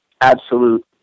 absolute